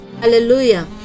hallelujah